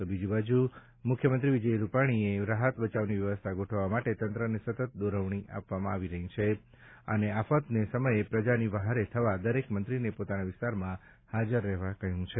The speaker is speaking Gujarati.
તો બીજી બાજુ મુખ્યમંત્રી વિજય રૂપાણી રાહત બચાવની વ્યવસ્થા ગોઠવવા માટે તંત્રને સતત દોરવણી આપી રહ્યા છે અને આફતને સમયે પ્રજાની વહારે થવા દરેક મંત્રીને પોતાના વિસ્તારમાં હાજર રહેવા કહ્યું છે